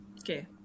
Okay